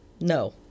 No